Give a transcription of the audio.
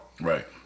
Right